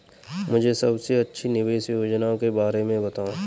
मुझे सबसे अच्छी निवेश योजना के बारे में बताएँ?